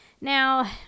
Now